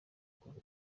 kuva